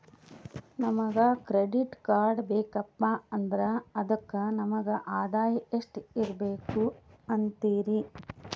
ನಮಗ credit card ಬೇಕಪ್ಪ ಅಂದ್ರ ಅದಕ್ಕ ನಮಗ ಆದಾಯ ಎಷ್ಟಿರಬಕು ಅಂತೀರಿ?